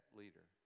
leader